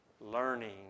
learning